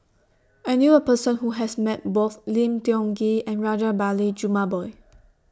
I knew A Person Who has Met Both Lim Tiong Ghee and Rajabali Jumabhoy